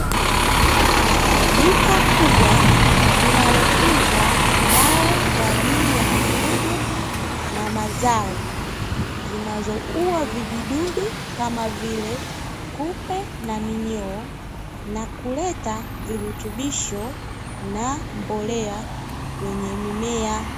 Duka kubwa linalouza dawa kwa ajili ya mifugo na mazao, zinazoua vijidudu kama vile kupe na minyoo, na kuleta virutubisho na mbolea kwenye mimea.